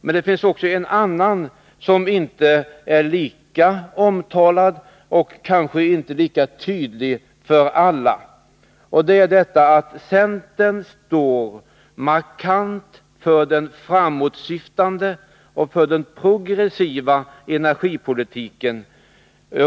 Men det finns också en annan som inte är lika omtalad och kanske inte lika tydlig för alla. Den skiljelinjen innebär att centern står för den framåtsyftande och progressiva energipolitiken.